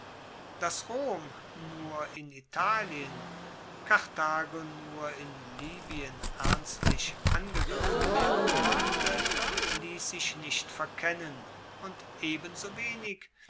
dass rom nur in italien karthago nur in libyen ernstlich angegriffen werden konnte liess sich nicht verkennen und ebensowenig